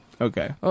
Okay